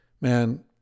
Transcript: Man